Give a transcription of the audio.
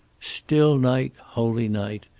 still night, holy night,